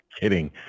kidding